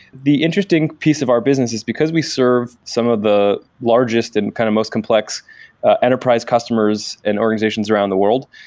the interesting piece of our business is because we serve some of the largest and kind of most complex enterprise customers and organizations around the world,